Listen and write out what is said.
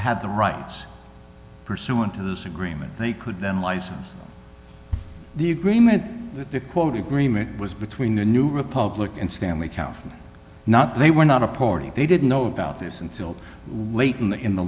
had the rights pursuant to this agreement they could then license the agreement that they quote agreement was between the new republic and stanley county and not they were not a party they didn't know about this until late in the in the